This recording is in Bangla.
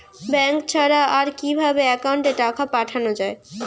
ব্যাঙ্ক ছাড়া আর কিভাবে একাউন্টে টাকা পাঠানো য়ায়?